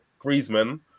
Griezmann